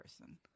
person